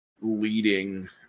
leading